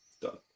Done